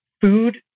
Food